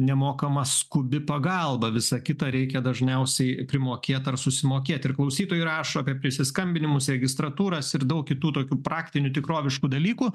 nemokama skubi pagalba visa kita reikia dažniausiai primokėt ar susimokėt ir klausytojai rašo apie prisiskambinimus į registratūras ir daug kitų tokių praktinių tikroviškų dalykų